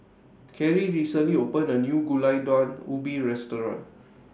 Carri recently opened A New Gulai Daun Ubi Restaurant